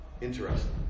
Interesting